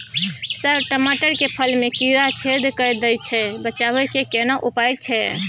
Sir टमाटर के फल में कीरा छेद के दैय छैय बचाबै के केना उपाय छैय?